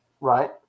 Right